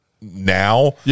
now